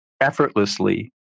effortlessly